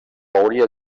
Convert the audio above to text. hauria